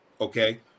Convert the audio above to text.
okay